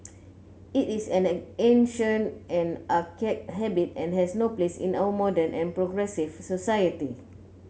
it is an ancient and archaic habit and has no place in our modern and progressive society